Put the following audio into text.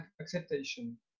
acceptation